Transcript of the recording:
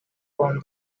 from